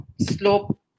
slope